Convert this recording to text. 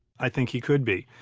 i think he could be.